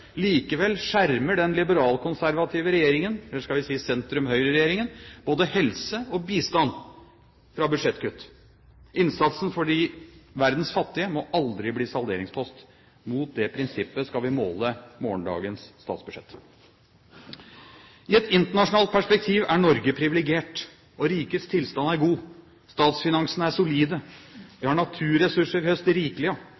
Likevel skjermer den liberalkonservative regjeringen, eller skal vi si sentrum–høyre- regjeringen, både helse og bistand fra budsjettkutt. Innsatsen for verdens fattige må aldri bli salderingspost. Mot det prinsippet skal vi måle morgendagens statsbudsjett. I et internasjonalt perspektiv er Norge privilegert – og rikets tilstand er god. Statsfinansene er solide.